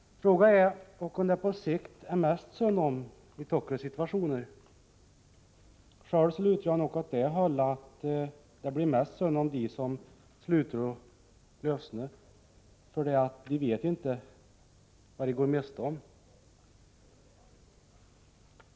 Fråga ä håcken dä på sekt ä mäst sönn om i tåkkre sittvasjoner. Sjöl luter ja nåck öt dä hölle att dä blir mäst sånn om di som sluter å lössne, för dä att di vet itte va di går meste om.